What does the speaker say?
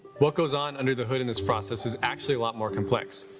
what goes on under the hood in this process is actually a lot more complex.